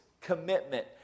commitment